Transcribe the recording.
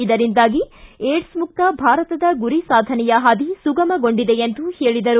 ಇದರಿಂದಾಗಿ ಏಡ್ಸ್ ಮುಕ್ತ ಭಾರತದ ಗುರಿ ಸಾಧನೆಯ ಹಾದಿ ಸುಗಮಗೊಂಡಿದೆ ಎಂದು ಹೇಳಿದರು